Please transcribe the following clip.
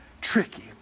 tricky